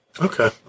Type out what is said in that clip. Okay